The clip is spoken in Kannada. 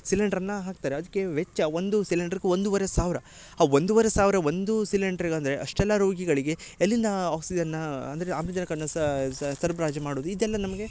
ಸಿಲಿಂಡ್ರನ್ನ ಹಾಕ್ತಾರೆ ಅದ್ಕೆ ವೆಚ್ಚ ಒಂದು ಸಿಲಿಂಡ್ರ್ಕ್ ಒಂದುವರೆ ಸಾವಿರ ಆ ಒಂದುವರೆ ಸಾವಿರ ಒಂದು ಸಿಲಿಂಡ್ರಿಗೆ ಅಂದರೆ ಅಷ್ಟೆಲ್ಲ ರೋಗಿಗಳಿಗೆ ಎಲ್ಲಿಂದ ಆಕ್ಸಿಜನ್ನ ಅಂದರೆ ಆಮ್ಲಜನಕನ ಸರಬರಾಜು ಮಾಡುದು ಇದೆಲ್ಲ ನಮಗೆ